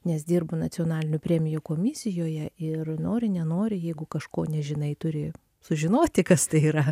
nes dirbu nacionalinių premijų komisijoje ir nori nenori jeigu kažko nežinai turi sužinoti kas tai yra